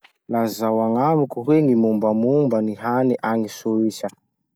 Lazao agnamiko hoe gny mombamomba gny hany agny Soisa?